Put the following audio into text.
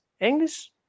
English